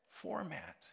format